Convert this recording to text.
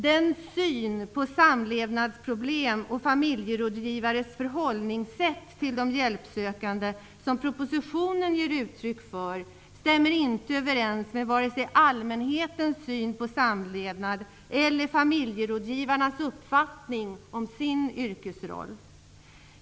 Den syn på samlevnadsproblem och familjerådgivarnas förhållningssätt till de hjälpsökande som propositionen ger uttryck för stämmer inte överens med vare sig allmänhetens syn på samlevnad eller familjerådgivarnas uppfattning om sin yrkesroll.